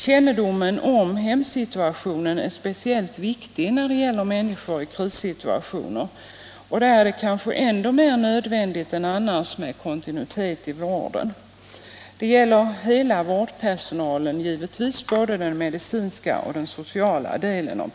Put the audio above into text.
Kännedomen om hemsituationen är speciellt viktig när det gäller människor i krissituationer, och där är det kanske ännu mer nödvändigt än annars med kontinuitet i vården. Det gäller givetvis hela vårdpersonalen, både den medicinska och den sociala delen.